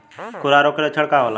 खुरहा रोग के लक्षण का होला?